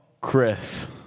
Chris